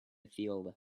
field